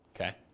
okay